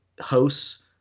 hosts